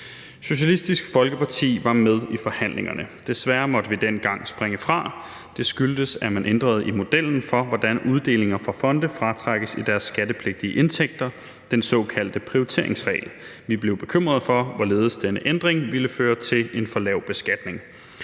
Socialistisk Folkeparti var med i forhandlingerne. Desværre måtte vi dengang springe fra. Det skyldtes, at man ændrede i modellen for, hvordan uddelinger fra fonde fratrækkes i deres skattepligtige indtægter, den såkaldte prioriteringsregel. Vi blev bekymret for, hvorledes denne ændring ville føre til en for lav beskatning.